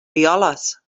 violes